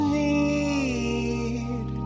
need